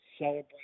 celebrate